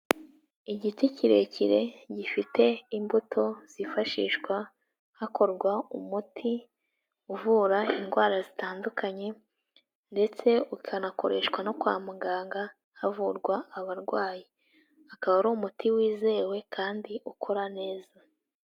Igiti kirekire gifite imbuto zifashishwa hakorwa umuti uvura indwara zitandukanye ndetse ukanakoreshwa no kwa muganga havurwa abarwayi, akaba ari umuti wizewe kandi ukora neza.